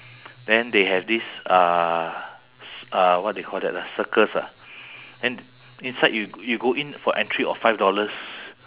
then they have this uh c~ uh what they call that ah circus ah and inside you you go in for entry of five dollars